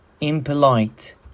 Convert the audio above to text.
impolite